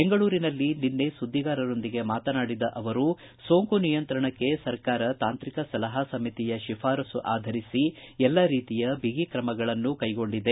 ಬೆಂಗಳೂರಿನಲ್ಲಿ ನಿನ್ನೆ ಸುದ್ವಿಗಾರರೊಂದಿಗೆ ಮಾತನಾಡಿದ ಅವರು ಸೋಂಕು ನಿಯಂತ್ರಣಕ್ಕೆ ಸರ್ಕಾರ ತಾಂತ್ರಿಕ ಸಲಹಾ ಸಮಿತಿಯ ಶಿಫಾರಸು ಆಧರಿಸಿ ಎಲ್ಲಾ ರೀತಿಯ ಬಿಗಿ ಕ್ರಮಗಳನ್ನು ಕೈಗೊಂಡಿದೆ